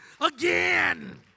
again